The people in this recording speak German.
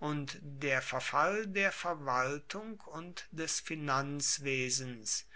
und der verfall der verwaltung und des finanzwesens